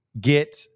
get